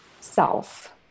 self